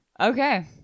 Okay